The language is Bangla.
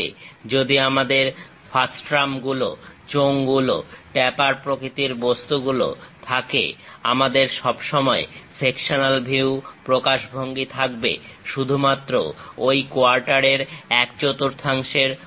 যদি আমাদের ফ্রাষ্টাম গুলো চোঙগুলো ট্যাপার প্রকৃতির বস্তুগুলো থাকে আমাদের সব সময় সেকশনাল ভিউ প্রকাশভঙ্গি থাকবে শুধুমাত্র ঐ কোয়ার্টার এর এক চতুর্থাংশের ওপর